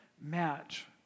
match